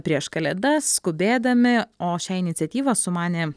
prieš kalėdas skubėdami o šią iniciatyvą sumanė